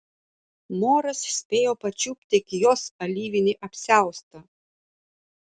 moras spėjo pačiupt tik jos alyvinį apsiaustą